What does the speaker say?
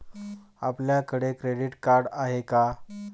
आपल्याकडे credit card आहे का?